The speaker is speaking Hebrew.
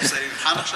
אתה עושה לי מבחן עכשיו?